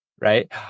right